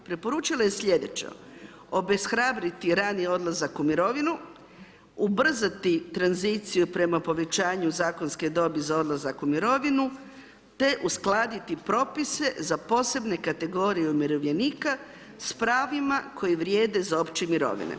Preporučila je slijedeće: obeshrabriti raniji odlazak u mirovinu, ubrzati tranziciju prema povećanju zakonske dobi za odlazak u mirovinu te uskladiti propise za posebne kategorije umirovljenika s pravima koji vrijede za opće mirovine.